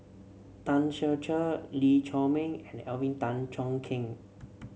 Tan Ser Cher Lee Chiaw Meng and Alvin Tan Cheong Kheng